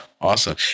Awesome